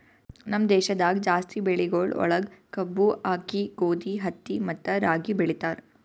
ನಮ್ ದೇಶದಾಗ್ ಜಾಸ್ತಿ ಬೆಳಿಗೊಳ್ ಒಳಗ್ ಕಬ್ಬು, ಆಕ್ಕಿ, ಗೋದಿ, ಹತ್ತಿ ಮತ್ತ ರಾಗಿ ಬೆಳಿತಾರ್